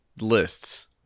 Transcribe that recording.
lists